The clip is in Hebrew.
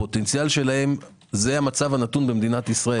הפוטנציאל שלהם זה המצב הנתון במדינת ישראל.